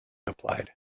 applied